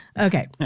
Okay